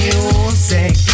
Music